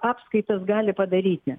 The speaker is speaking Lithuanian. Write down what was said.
apskaitas gali padaryti